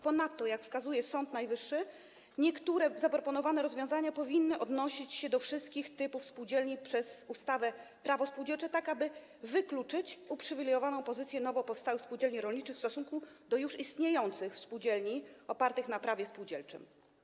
Ponadto, jak wskazuje Sąd Najwyższy, niektóre zaproponowane rozwiązania powinny odnosić się do wszystkich typów spółdzielni w ustawie Prawo spółdzielcze, tak aby wykluczyć uprzywilejowaną pozycję nowo powstałych spółdzielni rolniczych w stosunku do już istniejących spółdzielni opartych na Prawie spółdzielczym.